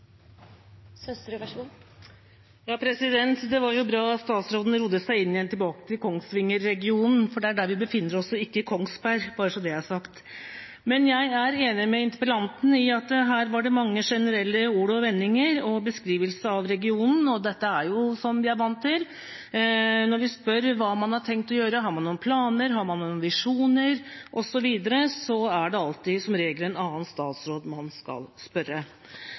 Det var bra at statsråden rodde seg tilbake igjen – til Kongsvinger-regionen, for vi befinner oss altså ikke i Kongsberg, bare så det er sagt. Jeg er enig med interpellanten i at det her var mange generelle ord og vendinger i beskrivelsen av regionen. Dette er noe vi er vant til. Når vi spør om hva har man tenkt å gjøre, om man har noen planer, noen visjoner osv. – da er det som regel alltid en annen statsråd man skal spørre.